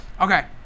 Okay